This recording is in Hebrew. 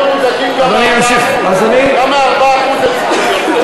הם צריכים להיות מודאגים גם מה-4%; גם מה-4% הם צריכים להיות מודאגים.